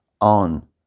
on